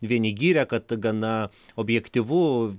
vieni gyrė kad gana objektyvu